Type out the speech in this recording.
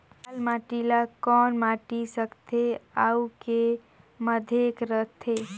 लाल माटी ला कौन माटी सकथे अउ के माधेक राथे?